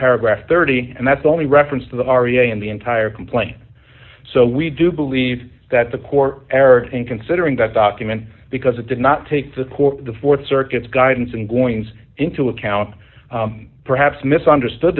paragraph thirty and that's the only reference to the area in the entire complaint so we do believe that the court error in considering that document because it did not take the court the th circuit's guidance and goings into account perhaps misunderstood